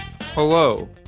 hello